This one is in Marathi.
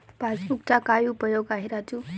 पासबुकचा काय उपयोग आहे राजू?